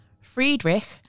Friedrich